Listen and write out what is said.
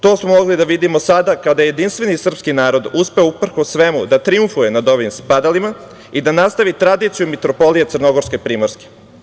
To smo mogli da vidimo sada kada je jedinstveni srpski narod uspei, uprkos svemu, da trijumfuje nad ovim spadalima i da nastavi tradiciju Mitropolije crnogorsko-primorske.